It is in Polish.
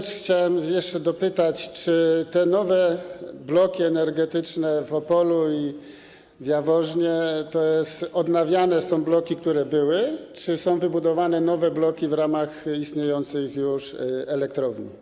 Chciałem jeszcze dopytać o jedną rzecz: Czy te nowe bloki energetyczne w Opolu i w Jaworznie to są odnawiane bloki, które były, czy są to wybudowane nowe bloki w ramach istniejących już elektrowni?